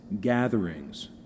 gatherings